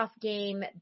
game